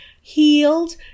Healed